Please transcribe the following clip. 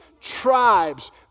tribes